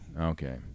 Okay